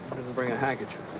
didn't bring a handkerchief.